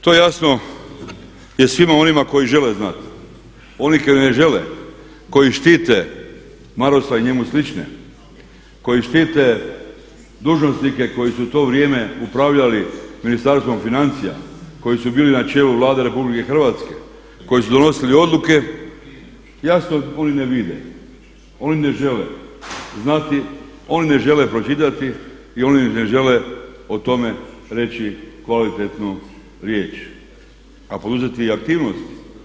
To jasno je svima onima koji žele znati, oni koji ne žele, koji štite Marasa i njemu slične, koji štite dužnosnike koji su to vrijeme upravljali Ministarstvom financija, koji su bili na čelu Vlade RH, koji su donosili odluke, jasno oni ne vide, oni ne žele znati, oni ne žele pročitati i oni ne žele o tome reći kvalitetnu riječ a poduzeti aktivnosti.